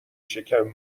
شکم